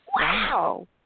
Wow